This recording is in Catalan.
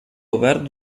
obert